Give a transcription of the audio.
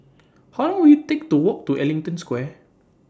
How Long Will IT Take to Walk to Ellington Square